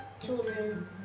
children